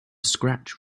scratch